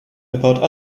about